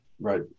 Right